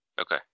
Okay